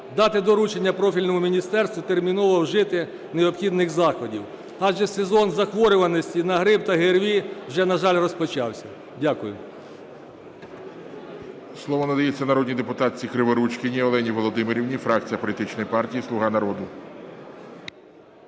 дати доручення профільному міністерству терміново вжити необхідних заходів, адже сезон захворюваності на грип та ГРВІ вже, на жаль, розпочався. Дякую.